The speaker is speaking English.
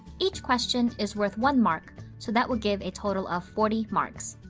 each question is worth one mark, so that will give a total of forty marks.